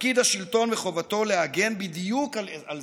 תפקיד השלטון וחובתו להגן בדיוק על זה.